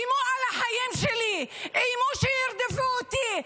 איימו על החיים שלי, איימו שירדפו אותי.